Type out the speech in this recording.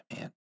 Man